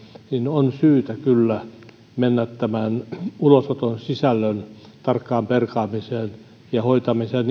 on kyllä syytä myös mennä tämän ulosoton sisällön tarkkaan perkaamiseen ja hoitamiseen